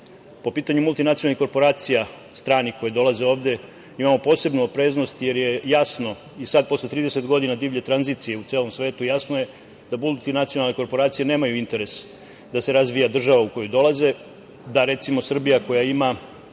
po pitanju multinacionalnih korporacija stranih koje dolaze ovde da imamo posebnu opreznost, jer je jasno i sada posle 30 godina divlje tranzicije u celom svetu, jasno je da multinacionalne korporacije nemaju interes da se razvija država u koju dolaze, da recimo Srbija koja ima